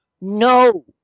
no